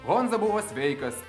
honza buvo sveikas